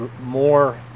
more